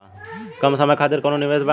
कम समय खातिर कौनो निवेश बा?